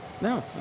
no